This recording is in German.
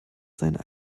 seiner